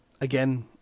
again